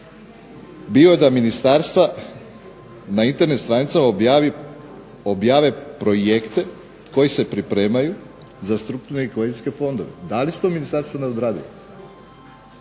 bio je da ministarstva na Internet stranicama objave projekte koji se pripremaju za strukturne i kohezijske fondove. Da li se to u ministarstvu nadogradilo,